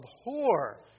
Abhor